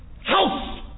house